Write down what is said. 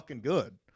good